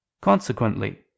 Consequently